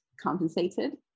compensated